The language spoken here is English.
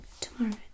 Tomorrow